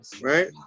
right